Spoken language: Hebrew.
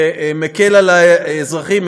שמקל על האזרחים,